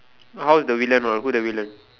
hows the villain or who the villain